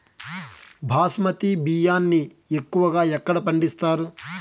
బాస్మతి బియ్యాన్ని ఎక్కువగా ఎక్కడ పండిస్తారు?